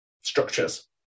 structures